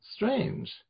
strange